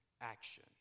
action